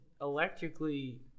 electrically